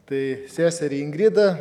tai seserį ingridą